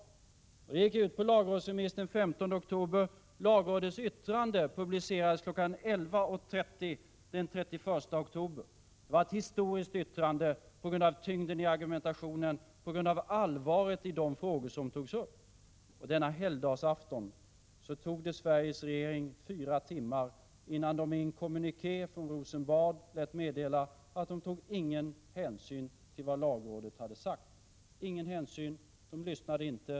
Förslaget skickades ut på lagrådsremiss den 15 oktober. Lagrådets yttrande publicerades kl. 11.30 den 31 oktober. Det var ett historiskt yttrande på grund av tyngden i argumentationen och allvaret i de frågor som togs upp. Denna helgdagsafton tog det Sveriges regering fyra timmar innan den i en kommuniké från Rosenbad lät meddela att den inte tog någon hänsyn till vad lagrådet sagt. Den tog ingen hänsyn. Den lyssnade inte.